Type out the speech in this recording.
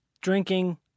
drinking—